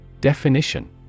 Definition